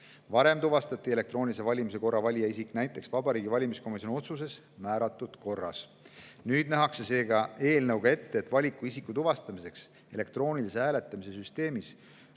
Varem tuvastati elektroonilise [hääletamise] korral valija isik näiteks Vabariigi Valimiskomisjoni otsuses määratud korra alusel. Nüüd nähakse eelnõuga ette, et isiku tuvastamisel elektroonilise hääletamise süsteemis